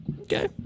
Okay